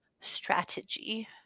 strategy